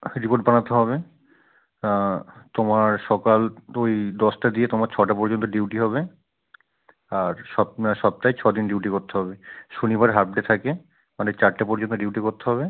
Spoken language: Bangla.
রিপোর্ট বানাতে হবে তোমার সকাল ওই দশটা দিয়ে তোমার ছটা পর্যন্ত ডিউটি হবে আর সপ মানে সপ্তাহে ছদিন ডিউটি করতে হবে শনিবারে হাফ ডে থাকে মানে চারটে পর্যন্ত ডিউটি করতে হবে